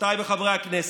חברותיי וחברי הכנסת,